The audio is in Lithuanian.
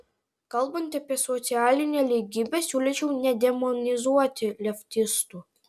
kalbant apie socialinę lygybę siūlyčiau nedemonizuoti leftistų